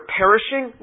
perishing